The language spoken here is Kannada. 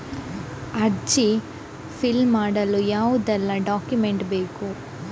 ಅರ್ಜಿ ಫಿಲ್ ಮಾಡಲು ಯಾವುದೆಲ್ಲ ಡಾಕ್ಯುಮೆಂಟ್ ಬೇಕು?